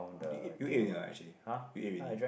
ppo you eat you eat already or not actually you eat already